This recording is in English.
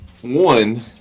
one